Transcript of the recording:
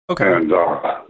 Okay